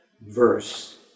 verse